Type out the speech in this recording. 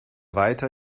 weiter